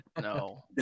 No